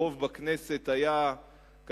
כאשר הרוב בכנסת היה מתנדנד,